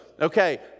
okay